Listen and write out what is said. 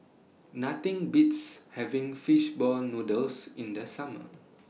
Nothing Beats having Fish Ball Noodles in The Summer